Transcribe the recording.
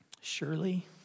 Surely